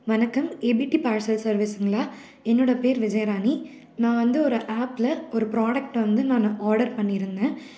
வணக்கம் ABT parcel சர்வீஸுங்களா என்னோடய பெயர் விஜயராணி நான் வந்து ஒரு ஆபில் ஒரு ப்ராடக்ட் வந்து நான் ஆர்டர் பண்ணியிருந்தேன்